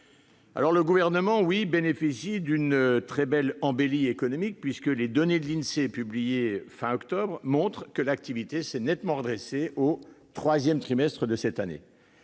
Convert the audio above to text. Certes, le Gouvernement bénéficie d'une très belle embellie économique, puisque les données de l'Insee publiées à la fin du mois d'octobre dernier montrent que l'activité s'est nettement redressée au troisième trimestre de cette année.